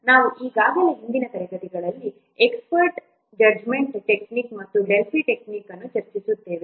ನಾವು ಈಗಾಗಲೇ ಹಿಂದಿನ ತರಗತಿಗಳಲ್ಲಿ ಎಕ್ಸ್ಪರ್ಟ್ ಜಡ್ಜ್ಮೆಂಟ್ ಟೆಕ್ನಿಕ್ ಮತ್ತು ಡೆಲ್ಫಿ ಟೆಕ್ನಿಕ್ ಅನ್ನು ಚರ್ಚಿಸಿದ್ದೇವೆ